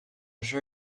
sure